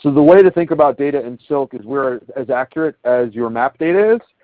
the way to think about data and silk is we are as accurate as your map data is.